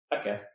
Okay